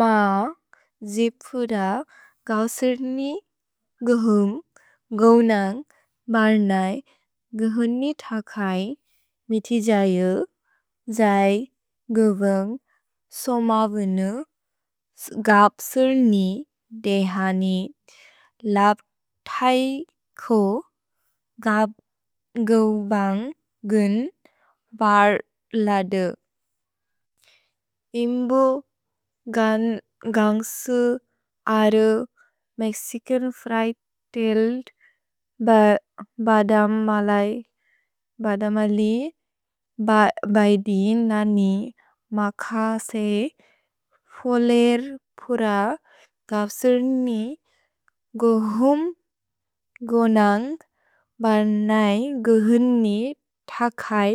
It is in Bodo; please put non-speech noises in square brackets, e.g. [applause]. म जिपु द गप्सिर्नि गुहुम्, गुहुनन्ग् बर्नै गुहुन्नि थकै मिति जयु, जय् गुहुम् सोमबुनु गप्सिर्नि देहनि लब् थै खो गप् गुहुबन्ग् गुन् बर् लद। इम्बु गन्ग्सु अरु मेक्सिचन् फ्रिएद् तिल्त् [hesitation] बदमलि बदि ननि म खसेइ फोलेर् पुर गप्सिर्नि गुहुम्, गुहुनन्ग् बर्नै गुहुन्नि थकै